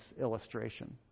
illustration